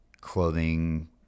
clothing